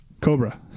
Cobra